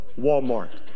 Walmart